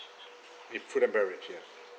it's food and beverage here